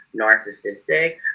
narcissistic